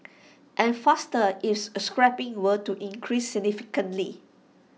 and faster ifs scrapping were to increase significantly